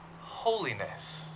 holiness